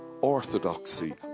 orthodoxy